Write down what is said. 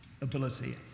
ability